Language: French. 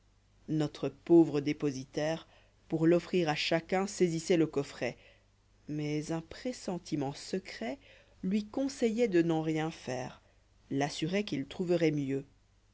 notre pauvre dépositaire pour l'offrir à chacun saisissoit le coffret mais un pressentiment secret lui conseilloit de n'en rien faire l'assuroit qu'il trouverait mieux